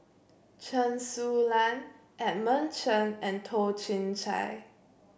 Chen Su Lan Edmund Chen and Toh Chin Chye